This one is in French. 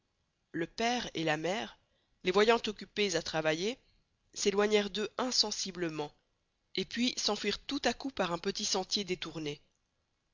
le pere et la mere les voyant occupés à travailler s'éloignerent d'eux insensiblement et puis s'enfuirent tout à coup par un petit sentier détourné